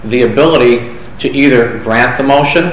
the ability to eat or grant the motion